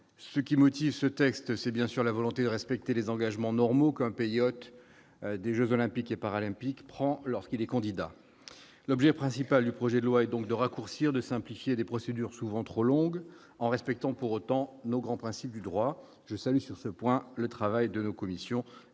ce qui motive ce texte, c'est bien sûr la volonté de respecter les engagements normaux comme pays hôte des Jeux olympiques et paralympiques prend lorsqu'il est candidat, l'objet principal du projet de loi est donc de raccourcir de simplifier des procédures souvent trop longues en respectant pour autant nos grands principes du droit, je savais sur ce point, le travail de nos commissions